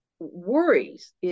worries